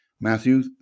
Matthew